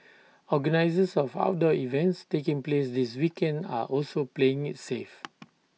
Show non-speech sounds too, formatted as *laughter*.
*noise* organisers of outdoor events taking place this weekend are also playing IT safe